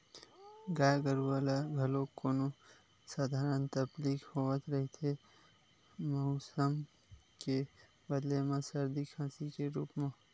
गाय गरूवा ल घलोक कोनो सधारन तकलीफ होवत रहिथे मउसम के बदले म सरदी, खांसी के रुप म